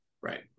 Right